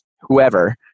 whoever